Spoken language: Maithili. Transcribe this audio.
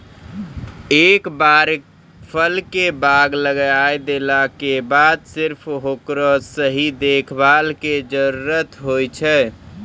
एक बार फल के बाग लगाय देला के बाद सिर्फ हेकरो सही देखभाल के जरूरत होय छै